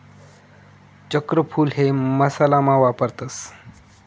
चक्रफूल हे मसाला मा वापरतस